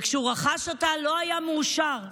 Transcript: וכשהוא רכש אותה, לא היה מאושר ממנו.